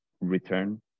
return